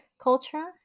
culture